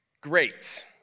Great